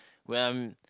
when I'm